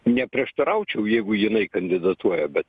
neprieštaraučiau jeigu jinai kandidatuoja bet